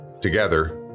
Together